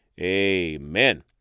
Amen